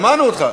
שמענו אותך.